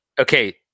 Okay